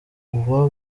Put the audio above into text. uba